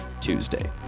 Tuesday